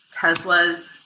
Tesla's